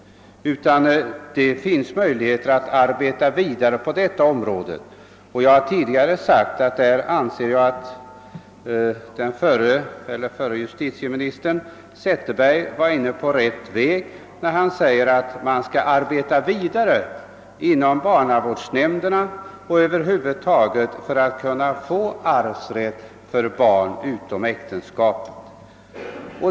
Det finns möjligheter att arbeta vidare på detta område, och som jag tidigare sagt anser jag att dåvarande justitieminister Zetterberg var inne på rätt väg när han sade att barnavårdsnämnderna borde arbeta vidare på att få arvsrätt för barn utom äktenskap.